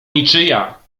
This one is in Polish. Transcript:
niczyja